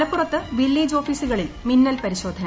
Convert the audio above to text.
മലപ്പുറത്ത് വില്ലേജ് ഓഫീസുകളിൽ മിന്നൽ പരിശോധന